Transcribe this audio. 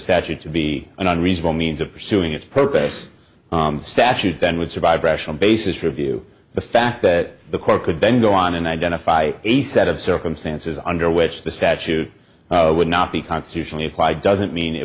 statute to be an unreasonable means of pursuing its purpose the statute then would survive rational basis review the fact that the court could then go on and identify a set of circumstances under which the statute would not be constitutionally applied doesn't mean